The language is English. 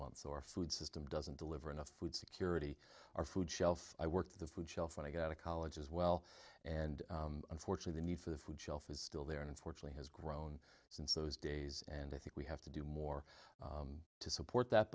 month or food system doesn't deliver enough food security our food shelf i work the food shelf when i go to college as well and unfortunately need for the food shelf is still there unfortunately has grown since those days and i think we have to do more to support that